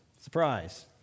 Surprise